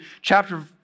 chapter